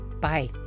Bye